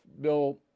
bill